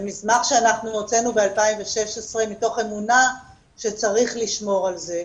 זה מסמך שהוצאנו ב-2016 מתוך אמונה שצריך לשמור על זה.